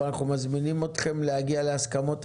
אבל אנחנו מזמינים אתכם להגיע להסכמות.